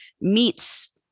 meets